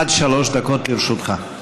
עד שלוש דקות לרשותך.